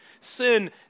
Sin